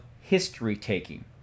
history-taking